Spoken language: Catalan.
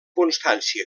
constància